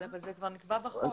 אבל זה כבר נקבע בחוק.